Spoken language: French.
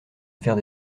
affaire